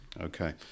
Okay